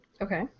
Okay